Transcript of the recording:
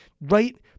right